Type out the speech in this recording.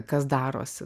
kas darosi